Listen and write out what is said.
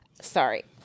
sorry